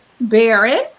baron